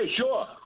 sure